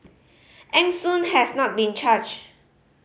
Eng Soon has not been charged